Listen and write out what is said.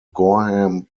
gorham